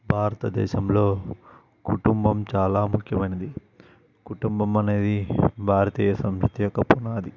భారతదేశంలో కుటుంబం చాలా ముఖ్యమైనది కుటుంబం అనేది భారతీయ సంస్కృతి యొక్క పునాది